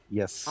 yes